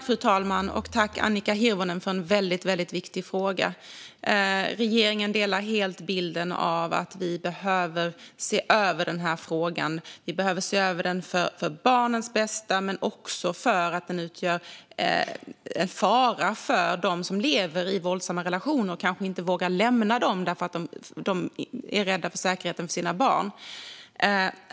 Fru talman! Tack, Annika Hirvonen, för en väldigt viktig fråga! Regeringen delar helt bilden av att vi behöver se över den här frågan. Vi behöver se över den för barnens bästa, men också för att den utgör en fara för dem som lever i våldsamma relationer och kanske inte vågar lämna dem för att de är rädda för sina barns säkerhet.